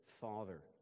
father